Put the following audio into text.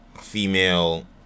female